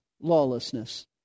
lawlessness